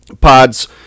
pods